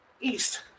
east